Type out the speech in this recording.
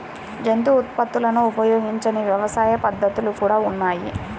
జంతు ఉత్పత్తులను ఉపయోగించని వ్యవసాయ పద్ధతులు కూడా ఉన్నాయి